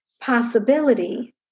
possibility